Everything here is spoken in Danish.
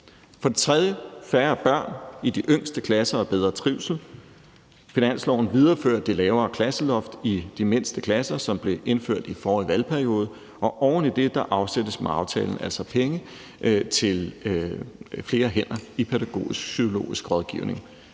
vil der komme færre børn i de yngste klasser og bedre trivsel. Finansloven viderefører det lavere klasseloft i de mindste klasser, som blev indført i forrige valgperiode, og oven i det afsættes med aftalen altså penge til flere hænder i pædagogisk-psykologisk rådgivning.